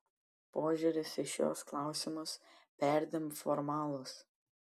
požiūris į šiuos klausimus perdėm formalus